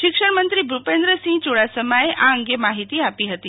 શિક્ષણ મંત્રીશ્રી ભુપેન્દ્રસિંહ યુડાસમાએ આજે આ અંગે માહિતી આપી હતી